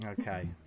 Okay